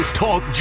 talk